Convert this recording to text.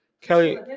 Kelly